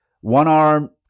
one-arm